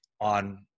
on